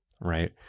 Right